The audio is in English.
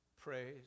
praise